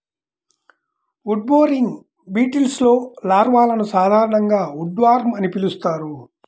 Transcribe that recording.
wood boring బీటిల్స్లో లార్వాలను సాధారణంగా ఉడ్వార్మ్ అని పిలుస్తారు